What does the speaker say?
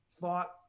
thought